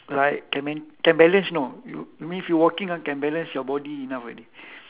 like can main~ can balance you know you you mean if you walking ah can balance your body enough already